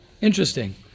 Interesting